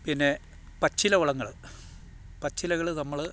പിന്നെ പച്ചില വളങ്ങൾ പച്ചിലകൾ നമ്മൾ